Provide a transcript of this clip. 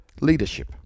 leadership